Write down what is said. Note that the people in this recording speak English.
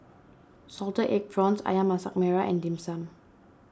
Salted Egg Prawns Ayam Masak Merah and Dim Sum